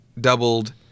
doubled